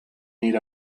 need